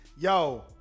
yo